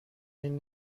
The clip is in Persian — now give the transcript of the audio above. این